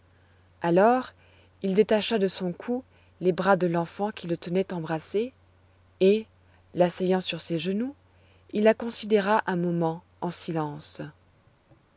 alors il détacha de son cou les bras de l'enfant qui le tenait embrassé et l'asseyant sur ses genoux il la considéra un moment en silence